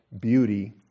beauty